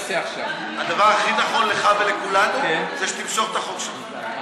הדבר הכי נכון לך ולכולנו זה שתמשוך את החוק שלך.